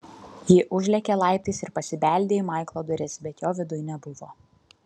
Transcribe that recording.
ji užlėkė laiptais ir pasibeldė į maiklo duris bet jo viduj nebuvo